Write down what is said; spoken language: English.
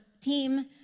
team